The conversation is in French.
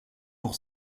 pour